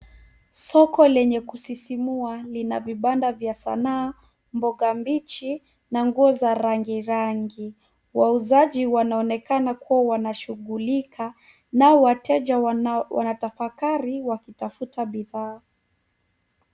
Soko lenye kusisimua lina vibanda vya sanaa, mboga mbichi na nguo za rangi rangi. Wauzaji wanaonekana kuwa wanashughulika nao wateja wanatafakari wakitafuta bidhaa.